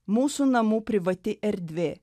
mūsų namų privati erdvė